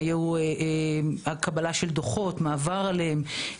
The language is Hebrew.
היו קבלת דוחות ומעבר עליהן,